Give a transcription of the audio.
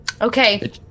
Okay